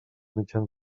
mitjans